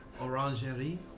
Orangerie